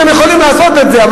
אתם יכולים לעשות את זה,